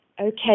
Okay